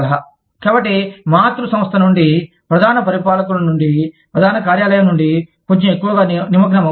slide సమయం చూడండి 2528 కాబట్టి మాతృ సంస్థ నుండి ప్రధాన పరిపాలకుల నుండి ప్రధాన కార్యాలయం నుండి కొంచెం ఎక్కువ నిమగ్నమవ్వడం